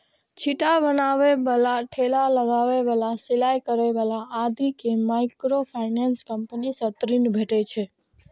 छिट्टा बनबै बला, ठेला लगबै बला, सिलाइ करै बला आदि कें माइक्रोफाइनेंस कंपनी सं ऋण भेटै छै